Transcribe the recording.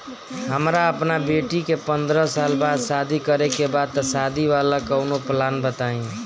हमरा अपना बेटी के पंद्रह साल बाद शादी करे के बा त शादी वाला कऊनो प्लान बताई?